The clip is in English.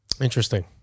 Interesting